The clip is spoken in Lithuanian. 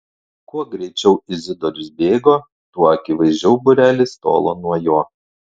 kuo greičiau izidorius bėgo tuo akivaizdžiau būrelis tolo nuo jo